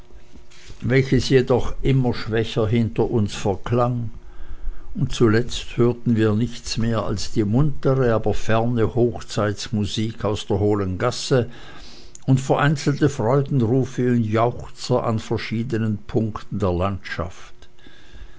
welches jedoch immer schwächer hinter uns verklang und zuletzt hörten wir nichts mehr als die muntere aber ferne hochzeitsmusik aus der hohlen gasse und vereinzelte freudenrufe und jauchzer an verschiedenen punkten der landschaft